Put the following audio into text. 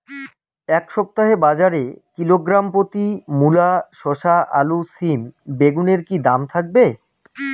এই সপ্তাহে বাজারে কিলোগ্রাম প্রতি মূলা শসা আলু সিম বেগুনের কী দাম থাকবে?